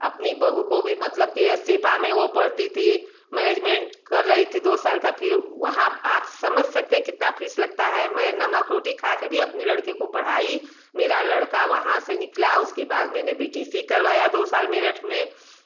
अपनी बहू को भी मतलब की सेपा में वह पढ़ती थी मैनेजमेंट कर रही थी दो साल का फिर वहाँ आप समझ सकते हैं कितना फीस लगता है मैं नमक रोटी खाकर भी अपनी लड़के को पढ़ाई मेरा लड़का वहाँ से निकला उसके बाद मैंने बी टी सी करवाया दो साल मेरठ में